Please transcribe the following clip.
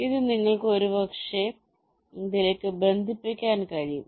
ഇത് നിങ്ങൾക്ക് ഒരുപക്ഷേ ഇതിലേക്ക് ബന്ധിപ്പിക്കാൻ കഴിയും